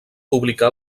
publicà